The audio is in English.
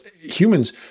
humans